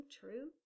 true